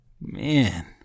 Man